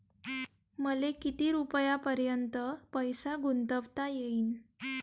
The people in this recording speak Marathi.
मले किती रुपयापर्यंत पैसा गुंतवता येईन?